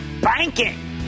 banking